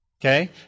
Okay